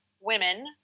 women